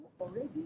already